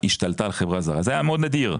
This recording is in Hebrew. שהשתלטה על חברה זרה זה היה מאוד נדיר,